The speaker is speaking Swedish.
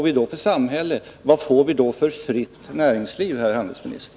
Vilket samhälle och vilket näringsliv kommer vi då att få, herr handelsminister?